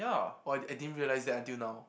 oh I I didn't realise that until now